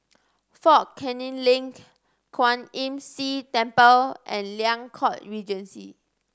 Fort Canning Link Kwan Imm See Temple and Liang Court Regency